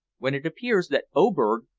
when it appears that oberg,